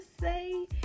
say